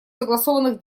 согласованных